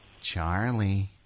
Charlie